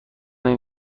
این